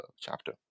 chapter